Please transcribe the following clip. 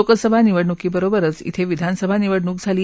लोकसभा निवडणुकीबरोबरच धिं विधानसभा निवडणूक झाली